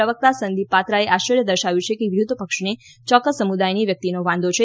પ્રવક્તા સંદીપ પાત્રાએ આશ્વર્ય દર્શાવ્યું કે વિરોધપક્ષને યોક્કસ સમુદાયની વ્યક્તિનો વાંધો છે